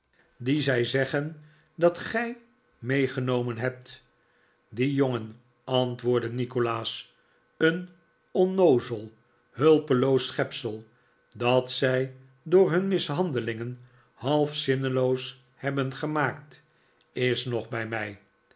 ere visioenen zeggen dat gij meegenomen hebt die jongen antwoordde nikolaas een onnoozel hulpeloos schepsel dat zij door hun mishandelingen half zinneloos hebben gemaakt is nog bij mij